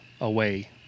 away